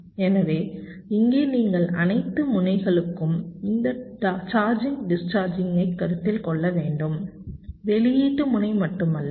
எனவே இங்கே நீங்கள் அனைத்து முனைகளுக்கும் இந்த சார்ஜிங் டிஸ்சார்ஜிங்கைக் கருத்தில் கொள்ள வேண்டும் வெளியீட்டு முனை மட்டுமல்ல